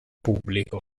pubblico